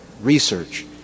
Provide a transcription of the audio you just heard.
research